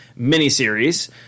miniseries